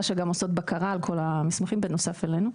שגם עושות בקרה על כל המסמכים בנוסף אלינו.